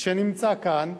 שנמצא כאן,